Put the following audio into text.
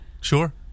Sure